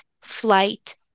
flight